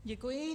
Děkuji.